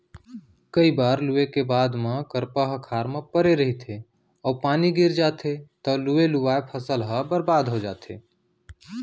कइ बार लूए के बाद म करपा ह खार म परे रहिथे अउ पानी गिर जाथे तव लुवे लुवाए फसल ह बरबाद हो जाथे